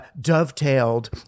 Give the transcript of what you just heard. dovetailed